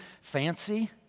fancy